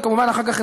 וכמובן אחר כך,